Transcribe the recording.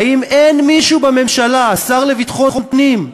האם אין מישהו בממשלה, השר לביטחון פנים,